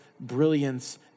brilliance